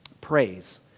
Praise